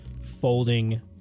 folding